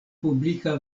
publika